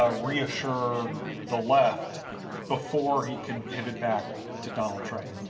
ah reassure the left before he can pivot back to donald trump.